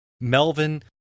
Melvin